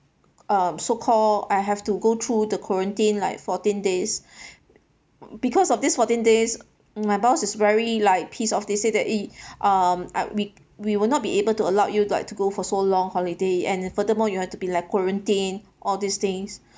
um so call I have to go through the quarantine like fourteen days because of this fourteen days my boss is very like pissed off they say that eh um we we will not be able to allow you like to go for so long holiday and furthermore you have to be like quarantined all these things